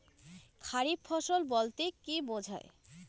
খারিফ ফসল বলতে কী বোঝায়?